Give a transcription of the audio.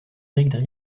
éric